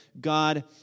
God